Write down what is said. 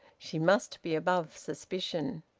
she must be above suspicion.